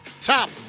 top